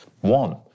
One